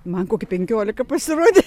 man kokie penkiolika pasirodė